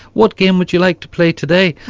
what game would you like to play today?